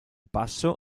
passo